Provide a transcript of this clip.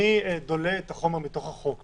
אני דולה את החומר מתוך החוק.